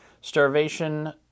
starvation